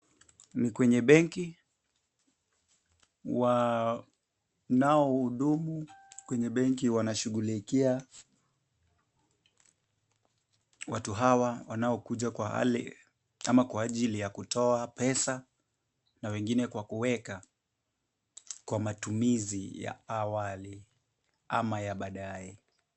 Ni kwenye benki, wanaohudumu kwenye benki wanashughulikia watu hawa wanaokuja kwa hali au kwa ajili ya kutoa pesa, na wengine kwa kuweka kwa matumizi ya awali ama ya baadaye.